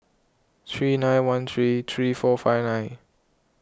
three nine one three three four five nine